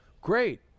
Great